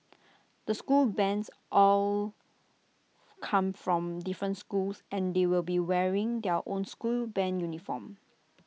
the school bands all come from different schools and they will be wearing their own school Band uniforms